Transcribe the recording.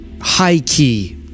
high-key